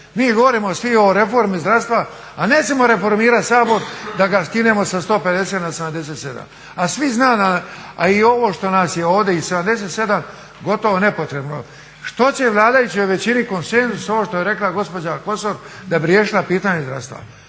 Mi govorimo svi o reformi zdravstva, a nećemo reformirat Sabor da ga skinemo sa 150 na 77, a svi znamo a i ovo što nas je ovdje i 77 gotovo nepotrebno. Što će vladajućoj većini konsenzus, ovo što je rekla gospođa Kosor, da bi riješila pitanje zdravstva.